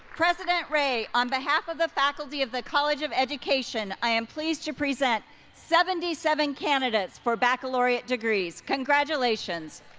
president ray, on behalf of the faculty of the college of education, i am pleased to present seventy seven candidates for baccalaureate degrees. congratulations!